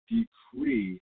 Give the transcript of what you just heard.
Decree